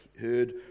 heard